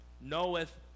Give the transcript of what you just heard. knoweth